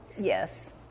Yes